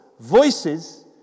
Voices